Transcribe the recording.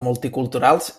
multiculturals